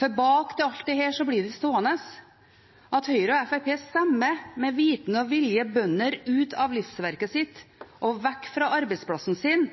For bak alt dette blir det stående at Høyre og Fremskrittspartiet med vitende og vilje stemmer bønder ut av livsverket sitt og vekk fra arbeidsplassen sin